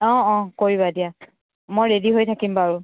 অঁ অঁ কৰিবা দিয়া মই ৰেডী হৈ থাকিম বাৰু